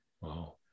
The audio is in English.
Wow